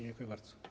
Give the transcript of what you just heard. Dziękuję bardzo.